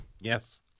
Yes